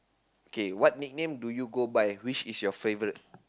okay what nickname do you go by which is your favourite